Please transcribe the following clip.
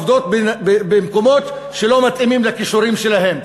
עובדות במקומות שלא מתאימים לכישורים שלהן.